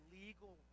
legal